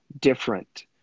different